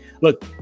look